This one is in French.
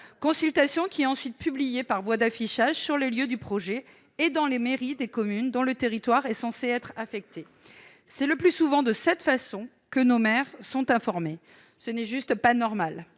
consultation est alors lancée, qui fait l'objet d'un affichage sur les lieux du projet et dans les mairies des communes dont le territoire est censé être affecté. C'est le plus souvent de cette façon que nos maires sont informés. Ce n'est pas normal